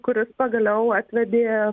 kuris pagaliau atvedė